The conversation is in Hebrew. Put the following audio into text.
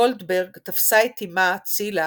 גולדברג תפסה את אמה צילה